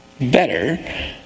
better